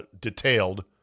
detailed